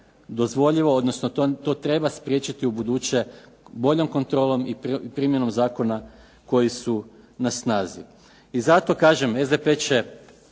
dozvoljivo, odnosno to treba spriječiti ubuduće boljom kontrolom i primjenom zakona koji su na snazi. I zato kažem SDP će